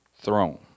throne